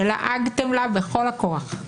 שלעגתם לה בכל הכוח.